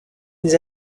ils